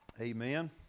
Amen